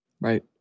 Right